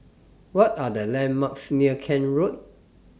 What Are The landmarks near Kent Road